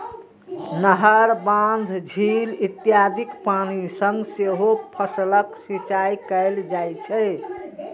नहर, बांध, झील इत्यादिक पानि सं सेहो फसलक सिंचाइ कैल जाइ छै